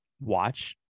watch